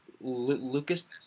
Lucas